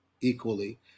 equally